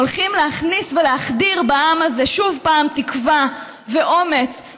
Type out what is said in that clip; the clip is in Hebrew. הולכים להכניס ולהחדיר בעם הזה שוב תקווה ואומץ,